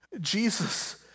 Jesus